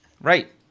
Right